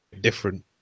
different